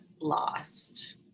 lost